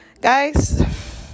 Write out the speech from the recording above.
Guys